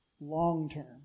long-term